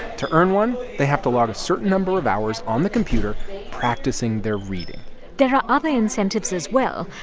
to earn one, they have to log a certain number of hours on the computer practicing their reading there are ah other incentives as well,